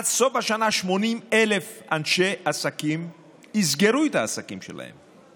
עד סוף השנה 80,000 אנשי עסקים יסגרו את העסקים שלהם.